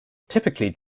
typically